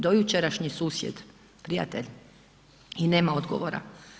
Dojučerašnji susjed, prijatelj i nema odgovora.